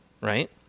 right